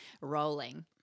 rolling